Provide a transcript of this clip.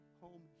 home